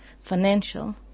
financial